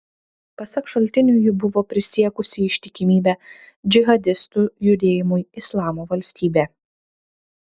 pasak šaltinių ji buvo prisiekusi ištikimybę džihadistų judėjimui islamo valstybė